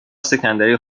سکندری